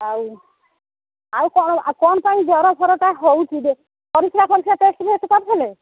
ହେଉ ଆଉ କ'ଣ ପାଇଁ ଜ୍ୱର ଫରଟା ହେଉଛି ପରିସ୍ରା ଫରିସ୍ରା ଟେଷ୍ଟ୍ ଫେଷ୍ଟ୍ କରିଥିଲେ